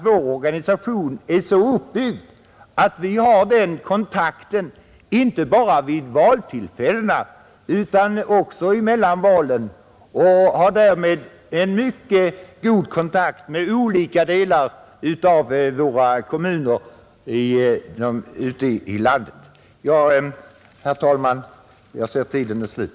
Vår organisation är så uppbyggd att vi har kontakt med väljarna, inte bara vid valtillfällena utan också mellan valen, Partiet har därmed en mycket god kontakt med människorna i olika delar av kommunerna ute i landet.